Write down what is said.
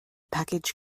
package